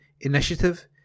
Initiative